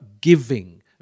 giving